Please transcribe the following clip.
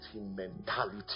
mentality